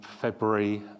February